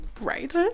right